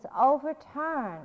overturned